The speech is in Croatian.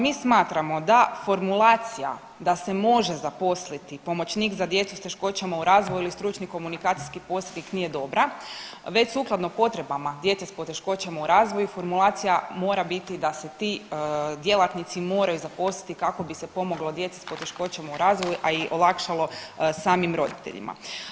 Mi smatramo da formulacija da se može zaposliti pomoćnik za djecu s teškoćama u razvoju ili stručni komunikacijski posrednik nije dobra već sukladno potrebama djece s poteškoćama u razvoju formulacija mora biti da se ti djelatnici moraju zaposliti kako bi se pomoglo djeci s poteškoćama u razvoju, a i olakšalo samim roditeljima.